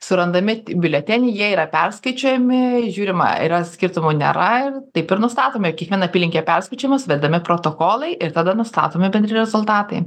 surandami biuleteniai jie yra perskaičiuojami žiūrima yra skirtumų nėra ir taip ir nustatome kiekviena apylinkė perskaičiuojama suvedami protokolai ir tada nustatomi bendri rezultatai